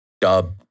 dub